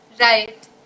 Right